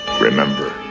Remember